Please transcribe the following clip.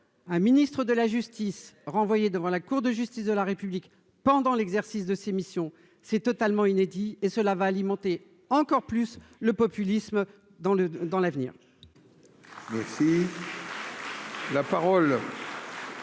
ministre de la Justice, renvoyé devant la Cour de justice de la République pendant l'exercice de ses missions, c'est totalement inédit, et cela va alimenter encore plus le populisme dans le